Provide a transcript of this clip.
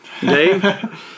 Dave